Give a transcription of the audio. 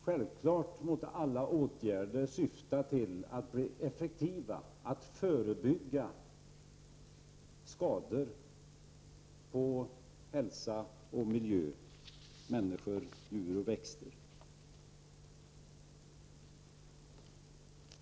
Självklart måste alla åtgärder syfta till att bli effektiva, att förebygga skador på hälsa och miljö, på människor, djur och växter.